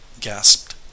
gasped